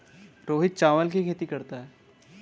रोहित चावल की खेती करता है